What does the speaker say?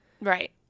Right